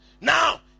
Now